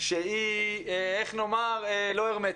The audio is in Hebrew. שהיא לא הרמטית,